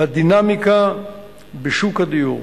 בדינמיקה בשוק הדיור.